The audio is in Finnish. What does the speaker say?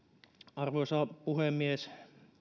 arvoisa puhemies